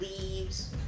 leaves